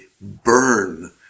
burn